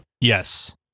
yes